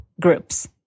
groups